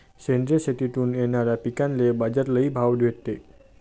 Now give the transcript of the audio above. सेंद्रिय शेतीतून येनाऱ्या पिकांले बाजार लई भाव भेटते